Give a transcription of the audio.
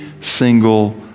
single